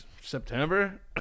September